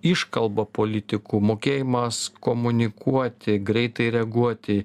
iškalba politikų mokėjimas komunikuoti greitai reaguoti